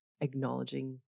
acknowledging